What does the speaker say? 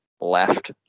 left